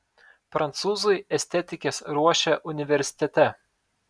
prancūzai estetikes ruošia universitete